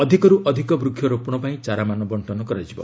ଅଧିକରୁ ଅଧିକ ବୃକ୍ଷ ରୋପଣ ପାଇଁ ଚାରାମାନ ବର୍ଷନ କରାଯିବ